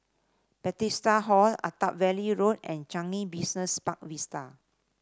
Bethesda Hall Attap Valley Road and Changi Business Park Vista